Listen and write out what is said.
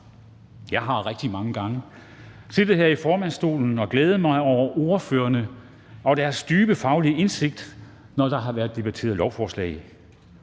Jeg har rigtig mange gange siddet her i formandsstolen og glædet mig over ordførerne og deres dybe faglige indsigt, når der har været debatteret lovforslag.